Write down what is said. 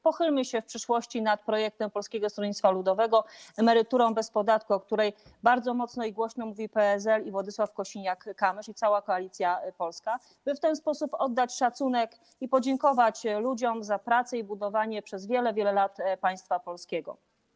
Pochylmy się w przyszłości nad projektem Polskiego Stronnictwa Ludowego „Emerytura bez podatku”, o którym bardzo mocno i głośno mówi PSL i Władysław Kosiniak-Kamysz, i cała Koalicja Polska, by w ten sposób oddać szacunek i podziękować ludziom za pracę i budowanie przez wiele, wiele lat państwa polskiego.